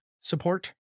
support